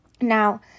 Now